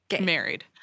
married